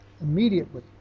Immediately